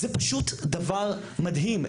זה פשוט דבר מדהים,